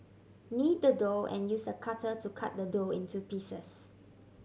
knead the dough and use a cutter to cut the dough into pieces